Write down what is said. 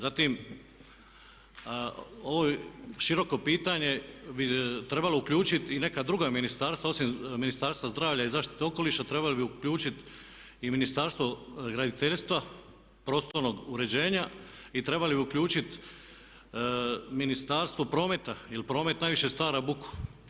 Zatim, ovo široko pitanje bi trebalo uključiti i neka druga ministarstva osim Ministarstva zdravlja i zaštite okoliša, trebali bi uključiti i Ministarstvo graditeljstva, prostornog uređenje i trebali bi uključiti Ministarstvo prometa jer promet najviše stvara buku.